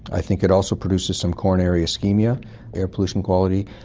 i think it also produces some coronary so ischaemia, air pollution quality.